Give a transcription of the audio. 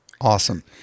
Awesome